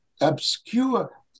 obscure